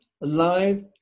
alive